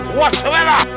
whatsoever